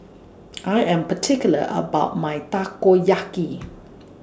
I Am particular about My Takoyaki